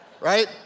right